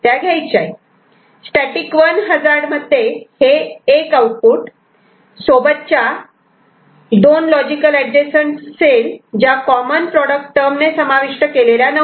static 1 hazard मध्ये हे'1' output सोबतच्या दोन लॉजिकली एडजसंट सेल ज्या कॉमन प्रॉडक्ट टर्म ने समाविष्ट केलेल्या नव्हत्या